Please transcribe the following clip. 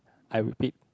I repeat